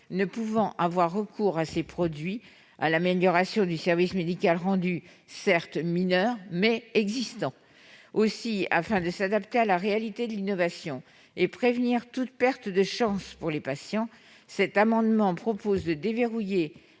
ne pouvant avoir recours à ces produits dont l'ASMR est certes mineure, mais existante. Aussi, afin de s'adapter à la réalité de l'innovation et prévenir toute perte de chance pour les patients, cet amendement tend à déverrouiller